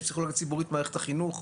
יש פסיכולוגיה ציבורית במערכת החינוך,